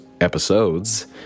episodes